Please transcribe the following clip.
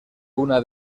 una